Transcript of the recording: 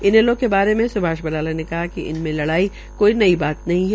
इनैलो के बारे में सुभाष बराला ने कहा कि इनमें लड़ाई कोई नई बात नहीं है